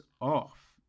off